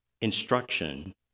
instruction